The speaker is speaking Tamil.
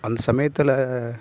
அந்த சமயத்தில்